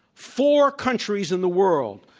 four countries in the world,